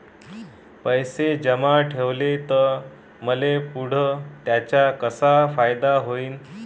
पैसे जमा ठेवले त मले पुढं त्याचा कसा फायदा होईन?